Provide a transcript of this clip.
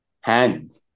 Hand